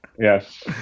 Yes